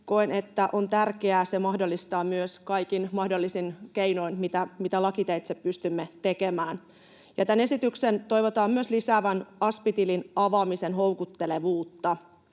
koen, että on tärkeää se mahdollistaa myös kaikin mahdollisin keinoin, mitä lakiteitse pystymme tekemään, ja tämän esityksen toivotaan myös lisäävän asp-tilin avaamisen houkuttelevuutta.